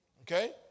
okay